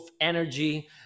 energy